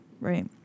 right